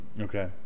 Okay